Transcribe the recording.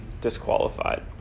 disqualified